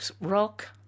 rock